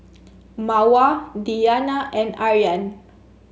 Mawar Diyana and Aryan